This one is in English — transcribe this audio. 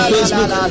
Facebook